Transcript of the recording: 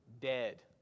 dead